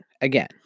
Again